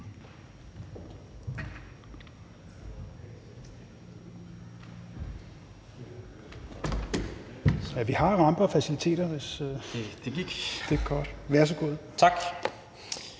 Vi har ramper og faciliteter